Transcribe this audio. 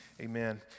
Amen